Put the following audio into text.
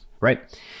right